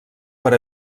per